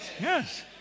Yes